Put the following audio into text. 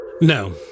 No